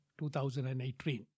2018